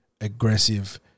aggressive